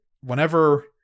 whenever